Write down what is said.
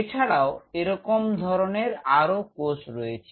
এছাড়াও এরকম ধরনের আরও কোষ রয়েছে